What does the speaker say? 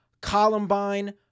Columbine